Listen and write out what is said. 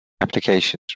applications